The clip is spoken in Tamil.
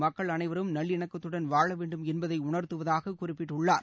மக்கள் அனைவரும் நல்லிணக்கத்துடன் வாழ வேண்டும் என்பதை உணர்த்துவதாக குறிப்பிட்டுள்ளார்